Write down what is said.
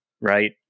right